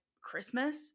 Christmas